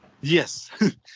yes